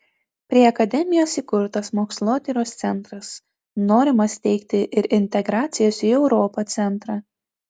prie akademijos įkurtas mokslotyros centras norima steigti ir integracijos į europą centrą